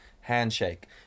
handshake